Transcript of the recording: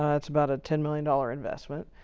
ah it's about a ten million dollar investment.